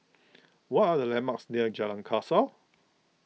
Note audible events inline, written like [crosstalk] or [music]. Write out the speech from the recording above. [noise] what are the landmarks near Jalan Kasau